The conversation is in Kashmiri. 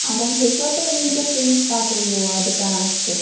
وۄنۍ ہیٚکوا تُہۍ وُنکیٚس أنِتھ کَپُر یور دُکانَس پٮ۪ٹھ